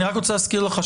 אני רק רוצה להזכיר לך,